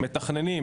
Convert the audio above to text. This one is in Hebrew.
מתכננים,